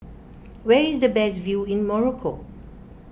where is the best view in Morocco